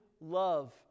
love